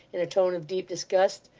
in a tone of deep disgust,